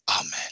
amen